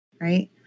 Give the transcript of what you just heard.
right